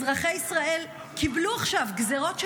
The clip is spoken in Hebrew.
אזרחי ישראל קיבלו עכשיו גזרות שלכם,